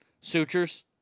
Sutures